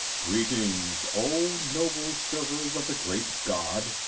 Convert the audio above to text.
greetings, o noble servers of the great god,